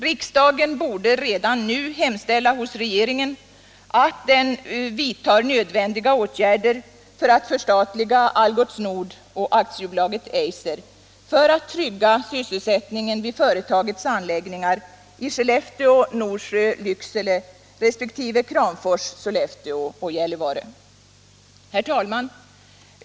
Riksdagen borde redan nu hemställa hos regeringen att den vidtar nödvändiga åtgärder för att förstatliga Algots Nord AB och AB Eiser för att trygga sysselsättningen vid företagens anläggningar i Skellefteå, Norsjö och Lycksele resp. Kramfors, Sollefteå och Gällivare. Herr talman!